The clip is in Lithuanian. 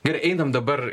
gerai einam dabar